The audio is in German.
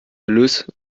erlös